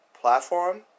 platform